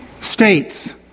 states